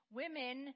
women